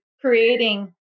creating